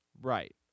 Right